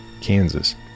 Kansas